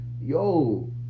Yo